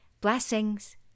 Blessings